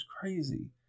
crazy